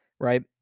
right